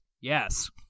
yes